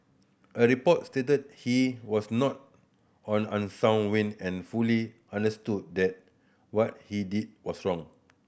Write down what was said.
a report stated he was not on unsound wind and fully understood that what he did was wrong